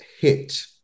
hit